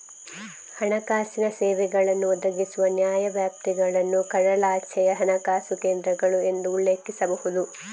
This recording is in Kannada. ಹಣಕಾಸಿನ ಸೇವೆಗಳನ್ನು ಒದಗಿಸುವ ನ್ಯಾಯವ್ಯಾಪ್ತಿಗಳನ್ನು ಕಡಲಾಚೆಯ ಹಣಕಾಸು ಕೇಂದ್ರಗಳು ಎಂದು ಉಲ್ಲೇಖಿಸಬಹುದು